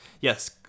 yes